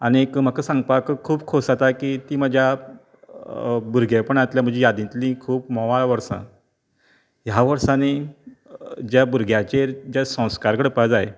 आनीक म्हाका सांगपाक खूब खोस जाता की ती म्हज्या भुरगेपणांतल्या म्हजी यादीतली खूब म्होवाळ वर्सां ह्या वर्सांनी ज्या भुरग्याचेर जे संस्कार घडपा जाय